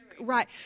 right